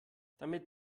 damit